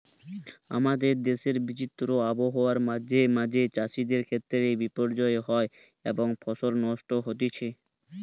আমাদের দেশের বিচিত্র আবহাওয়া মাঁঝে মাঝে চাষিদের ক্ষেত্রে বিপর্যয় হয় এবং ফসল নষ্ট হতিছে